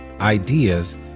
ideas